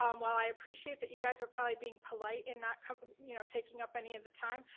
um while i appreciate that you guys are probably being polite in not you know taking up any of the time,